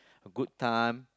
good time